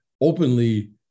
openly